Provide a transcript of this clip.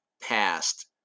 past